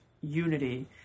unity